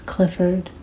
Clifford